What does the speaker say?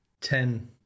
ten